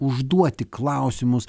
užduoti klausimus